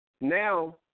now